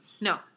No